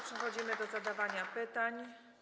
Przechodzimy do zadawania pytań.